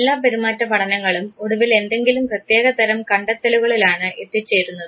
എല്ലാ പെരുമാറ്റ പഠനങ്ങളും ഒടുവിൽ എന്തെങ്കിലും പ്രത്യേകതരം കണ്ടെത്തലുകളിലാണ് എത്തിച്ചേരുന്നത്